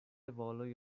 والای